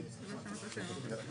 אני שואל את האוצר.